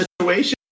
situation